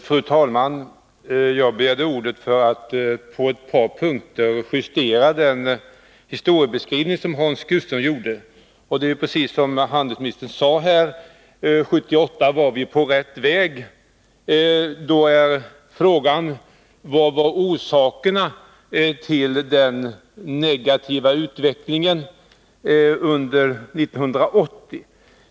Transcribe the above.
Fru talman! Jag begärde ordet för att på ett par punkter justera den historieskrivning som Hans Gustafsson gjorde. Precis som handelsministern sade var vi 1978 på rätt väg. Frågan är vilken orsaken var till den negativa utvecklingen under 1980.